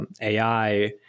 AI